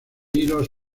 los